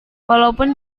walaupun